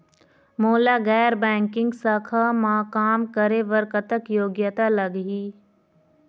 मोला गैर बैंकिंग शाखा मा काम करे बर कतक योग्यता लगही?